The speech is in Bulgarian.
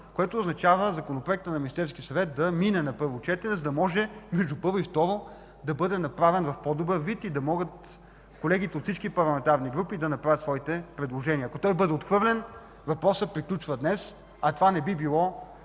което означава Законопроектът на Министерския съвет да мине на първо четене, за да може между първо и второ четене да бъде направен в по-добър вид и да могат колегите от всички парламентарни групи да направят своите предложения. Ако той бъде отхвърлен, въпросът приключва днес, а това не би било